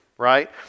right